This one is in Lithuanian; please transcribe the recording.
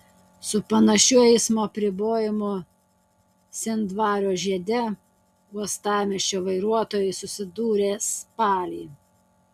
su panašiu eismo apribojimu sendvario žiede uostamiesčio vairuotojai susidūrė spalį